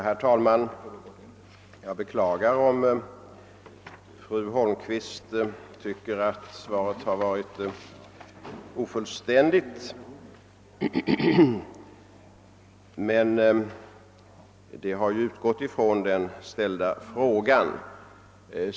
Herr talman! Jag beklagar om fru Holmqvist tycker att mitt svar varit ofullständigt, men det har ju utgått från den ställda frågan.